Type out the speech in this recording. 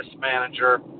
manager